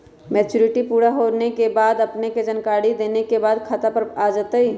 Maturity पुरा होवे के बाद अपने के जानकारी देने के बाद खाता पर पैसा आ जतई?